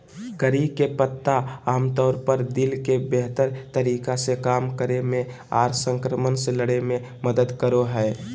करी के पत्ता आमतौर पर दिल के बेहतर तरीका से काम करे मे आर संक्रमण से लड़े मे मदद करो हय